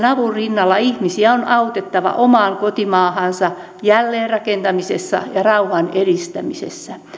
avun rinnalla ihmisiä on autettava oman kotimaansa jälleenrakentamisessa ja rauhan edistämisessä